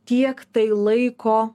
tiek tai laiko